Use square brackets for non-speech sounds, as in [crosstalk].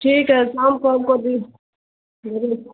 ٹھیک ہے شام کو ہم کو بھی [unintelligible]